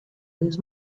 his